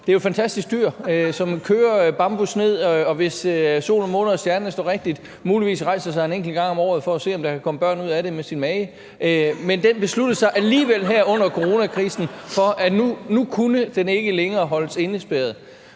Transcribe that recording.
Det er jo et fantastisk dyr, som kører bambus ned, og hvis sol, måne og stjerner står rigtigt, rejser den sig muligvis en enkelt gang om året for at se, om der kan komme børn ud af det med sin mage (Munterhed). Men den besluttede sig alligevel her under coronakrisen for, at den nu ikke længere kunne holdes indespærret,